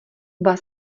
oba